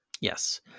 Yes